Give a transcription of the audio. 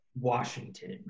Washington